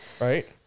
Right